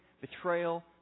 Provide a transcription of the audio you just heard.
betrayal